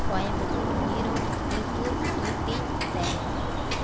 Coimbatore Erode Tiruppur Ooty Salem